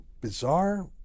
bizarre